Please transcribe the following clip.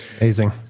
Amazing